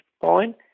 fine